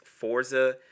forza